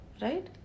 Right